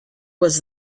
was